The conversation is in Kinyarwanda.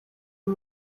uyu